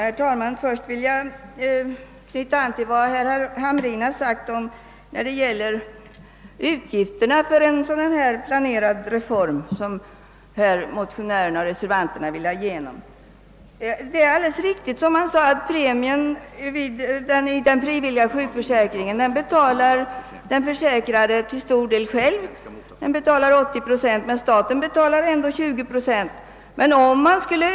Herr talman! Jag vill knyta an till vad herr Hamrin i Kalmar sade om utgifterna för den reform som motionärerna och reservanterna talat för. Det är alldeles riktigt att premien i den frivilliga sjukförsäkringen till 80 procent betalas av den försäkrade själv, men de återstående 20 procenten betalar staten.